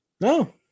No